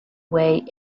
way